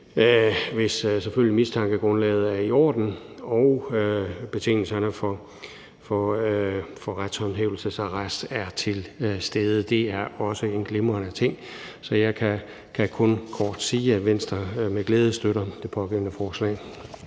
mistankegrundlaget er i orden og betingelserne for retshåndhævelsesarrest er til stede. Det er også en glimrende ting. Så jeg kan kun kort sige, at Venstre med glæde støtter det pågældende forslag.